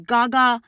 Gaga